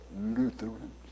Lutherans